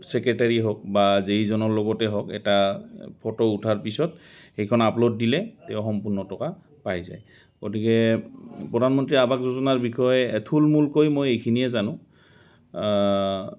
secretary হওক বা জেইজনৰ লগতে হওক এটা ফটো উঠাৰ পিছত সেইখন আপলোড দিলে তেওঁ সম্পূৰ্ণ টকা পাই যায় গতিকে প্ৰধানমন্ত্ৰী আৱাস যোজনাৰ বিষয়ে থূলমূলকৈ মই এইখিনিয়ে জানো